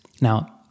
Now